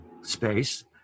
space